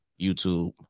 youtube